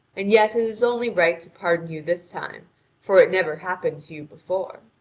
and yet it is only right to pardon you this time for it never happened to you before.